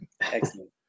Excellent